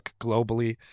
globally